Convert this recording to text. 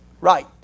right